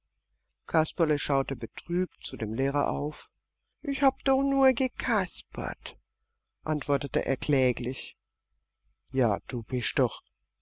kasperle schaute betrübt zu dem lehrer auf ich hab doch nur gekaspert antwortete er kläglich ja du bist doch